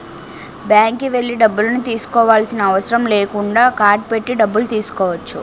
బ్యాంక్కి వెళ్లి డబ్బులను తీసుకోవాల్సిన అవసరం లేకుండా కార్డ్ పెట్టి డబ్బులు తీసుకోవచ్చు